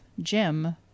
Jim